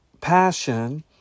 passion